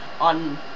on